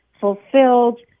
fulfilled